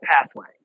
pathway